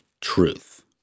truth